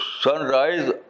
sunrise